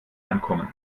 ankommen